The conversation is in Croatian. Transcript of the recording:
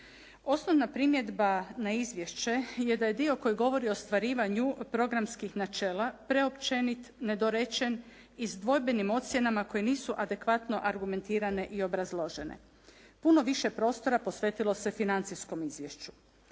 Osnovna primjedba na izvješće je da je dio koji govori o ostvarivanju programskih načela preopćenit, nedorečen i s dvojbenim ocjenama koje nisu adekvatno argumentirane i obrazložene. Puno više prostora posvetilo se financijskom izvješću.